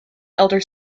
elder